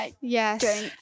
yes